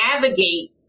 navigate